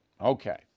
Okay